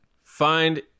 Find